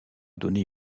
donner